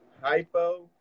hypo